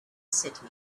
city